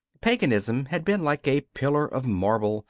paganism had been like a pillar of marble,